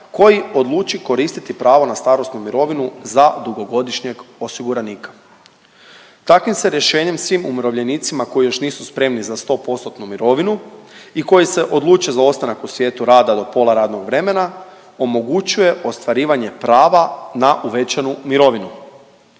koji odluči koristiti pravo na starosnu mirovinu za dugogodišnjeg osiguranika. Takvim se rješenjem svim umirovljenicima koji još nisu spremni za 100%-tnu mirovinu i koji se odluče za ostanak u svijetu rada do pola radnog vremena omogućuje ostvarivanje prava na uvećanu mirovinu.